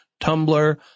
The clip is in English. Tumblr